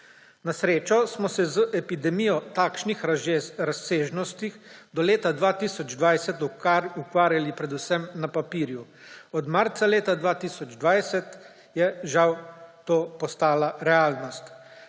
Na srečo smo se z epidemijo takšnih razsežnosti do leta 2020 ukvarjali predvsem na papirju, od marca leta 2020 je žal to postala realnost.